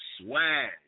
Swag